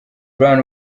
brown